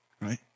Right